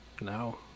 No